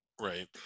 Right